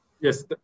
yes